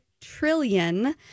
trillion